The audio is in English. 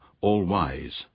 all-wise